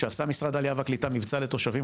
כשעשה משרד העלייה והקליטה מבצע לתושבים